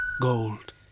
gold